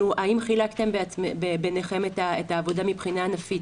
האם חילקתם ביניכם את העבודה מבחינה ענפית,